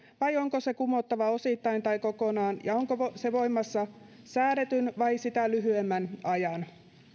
vai onko se kumottava osittain tai kokonaan ja onko se voimassa säädetyn vai sitä lyhyemmän ajan